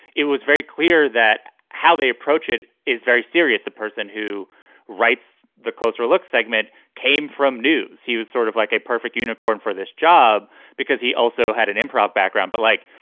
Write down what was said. it was very clear that how they approach it is very serious. the person who writes the closer look segment came from news. he was sort of like a perfect unicorn for this job because he also had an improper background. but like,